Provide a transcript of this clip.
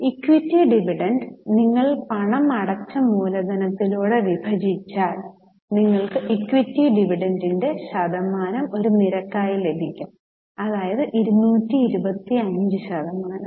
equity dividend നിങ്ങൾ പണമടച്ച മൂലധനത്തിലൂടെ വിഭജിച്ചാൽ നിങ്ങൾക്ക് ഇക്വിറ്റി ഡിവിഡന്റിന്റെ ശതമാനം ഒരു നിരക്കായി ലഭിക്കും അതായത് 225 ശതമാനം